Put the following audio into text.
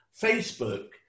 Facebook